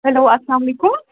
hello السلامُ علیکُم